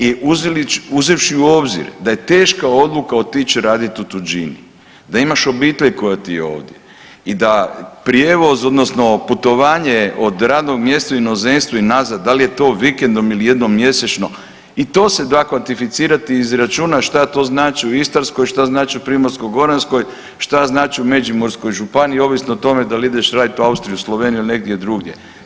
I uzevši u obzir da je teška odluka otići raditi u tuđinu, da imaš obitelj koja ti je ovdje i da prijevoz odnosno putovanje od radnog mjesta u inozemstvu ili nazad da li je to vikendom ili jednom mjesečno i to se da kvantificirati i izračunat šta to znači u Istarskoj, šta znači u Primorsko-goranskoj, šta znači o Međimurskoj županiji ovisno o tome da li ideš raditi u Austriju, Sloveniju ili negdje drugdje.